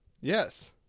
Yes